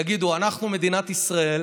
תגידו: אנחנו, מדינת ישראל,